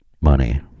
money